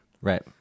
right